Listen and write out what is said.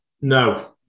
No